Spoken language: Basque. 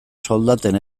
soldaten